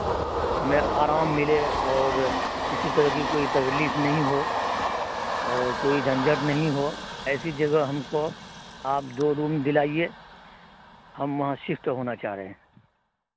ہمیں آرام ملے اور کسی طرح کی کوئی تکلیف نہیں ہو اور کوئی جھنجھٹ نہیں ہو ایسی جگہ ہم کو آپ دو روم دلائیے ہم وہاں شفٹ ہونا چاہ رہے ہیں